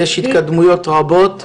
שיש התקדמויות רבות.